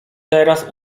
teraz